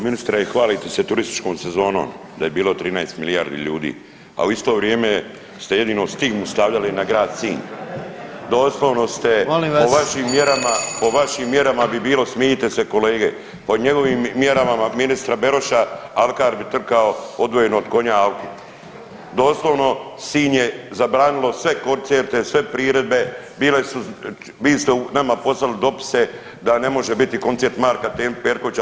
Ministre, hvalite se turističkom sezonom da je bilo 13 milijardi ljudi, a u isto vrijeme ste jedino stigmu stavljali na grad Sinj, doslovno ste po vašim mjerama, po vašim mjerama bi bilo, smijite se kolege, po njegovim mjerama, ministra Beroša alkar bi trkao odvojeno od konja, doslovno Sinj je zabranilo sve koncerte, sve priredbe, bile su, vi ste nama poslali dopise da ne može biti koncert Marka Perkovića